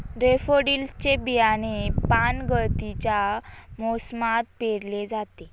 daffodils चे बियाणे पानगळतीच्या मोसमात पेरले जाते